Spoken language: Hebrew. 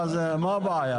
מה הבעיה?